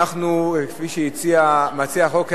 כפי שהציע מציע החוק,